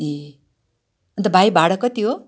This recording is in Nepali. ए अन्त भाइ भाडा कति हो